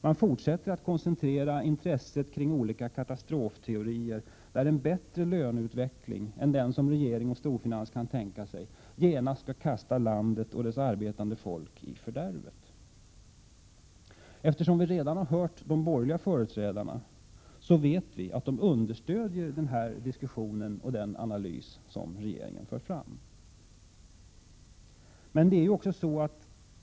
Man fortsätter att koncentrera intresset kring olika katastrofteorier, där en bättre löneutveckling än den som regering och storfinans kan tänka sig genast skall kasta landet och dess arbetande folk i fördärvet. Eftersom vi redan har hört de borgerliga företrädarna vet vi att de understödjer den diskussion och den analys som regeringen för fram.